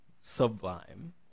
sublime